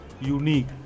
unique